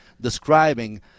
describing